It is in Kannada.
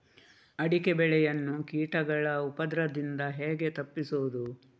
ಅಡಿಕೆ ಬೆಳೆಯನ್ನು ಕೀಟಗಳ ಉಪದ್ರದಿಂದ ಹೇಗೆ ತಪ್ಪಿಸೋದು?